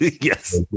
Yes